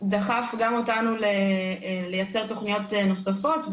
דחף גם אותנו לייצר תכניות נוספות,